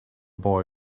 boy